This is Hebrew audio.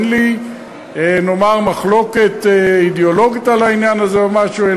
אין לי מחלוקת אידיאולוגית על העניין הזה או משהו,